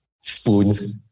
spoons